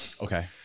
okay